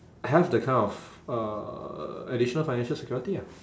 have the kind of uh additional financial security ah